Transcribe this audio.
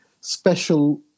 special